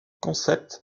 concepts